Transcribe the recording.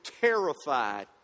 terrified